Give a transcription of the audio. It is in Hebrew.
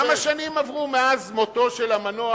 כמה שנים עברו מאז מותו של המנוח,